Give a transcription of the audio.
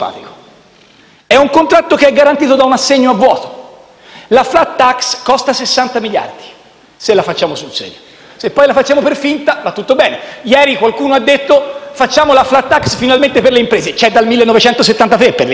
È un contratto garantito da un assegno a vuoto. La *flat tax* costa 60 miliardi, se la facciamo sul serio, se poi la facciamo per finta va tutto bene. Ieri qualcuno ha detto «facciamo la *flat tax* finalmente per le imprese», ma c'è dal 1973 per le imprese.